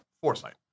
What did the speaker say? foresight